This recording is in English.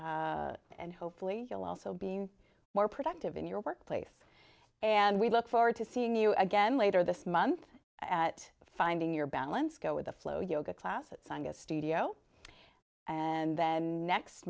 and hopefully you'll also be more productive in your workplace and we look forward to seeing you again later this month at finding your balance go with the flow yoga classes sanga studio and then next